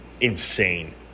insane